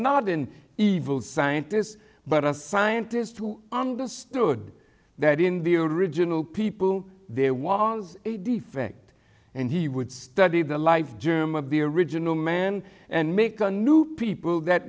not in evil scientists but a scientist who understood that in the original people there was a defect and he would study the life germ of the original man and make a new people that